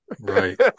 right